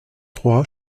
trois